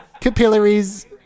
capillaries